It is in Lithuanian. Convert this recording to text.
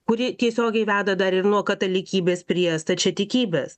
kuri tiesiogiai veda dar ir nuo katalikybės prie stačiatikybės